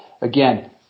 Again